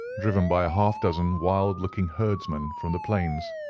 driven by a half-dozen wild-looking herdsmen from the plains.